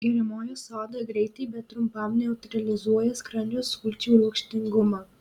geriamoji soda greitai bet trumpam neutralizuoja skrandžio sulčių rūgštingumą